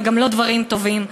וגם לא דברים טובים.